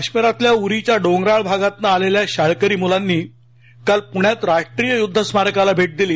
काश्मीरातल्या उरीच्या डोंगराळ भागातनं आलेल्या शाळकरी मुलांनी काल राष्ट्रीय युद्धस्मारकाला भेट दिली